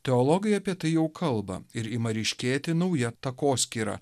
teologai apie tai jau kalba ir ima ryškėti nauja takoskyra